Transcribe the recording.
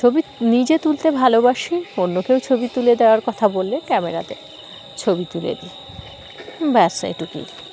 ছবি নিজে তুলতে ভালোবাসি অন্যকেও ছবি তুলে দেওয়ার কথা বললে ক্যামেরাতে ছবি তুলে দিই ব্যাস এটুকুই